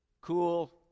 Cool